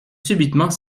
subitement